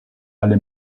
alle